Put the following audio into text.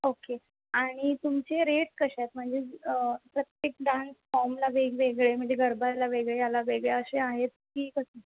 okay आणि तुमचे rate कसे आहेत म्हणजे प्रत्येक डांस फॉर्मला वेगवगळे म्हणजे गरबाला वेगळे याला वेगळे असे आहेत की कसं